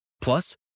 Plus